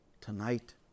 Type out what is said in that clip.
tonight